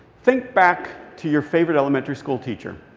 think back to your favorite elementary school teacher.